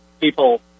people